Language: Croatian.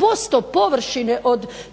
10% površine od